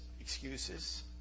excuses